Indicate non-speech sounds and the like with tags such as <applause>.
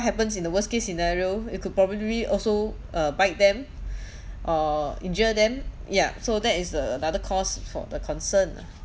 happens in the worst case scenario it could probably also uh bite them <breath> or injure them yeah so that is the another cause for the concern lah